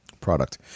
product